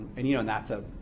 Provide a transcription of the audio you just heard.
and you know that's a